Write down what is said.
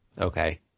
Okay